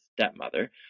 stepmother